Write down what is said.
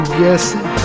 guessing